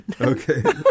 Okay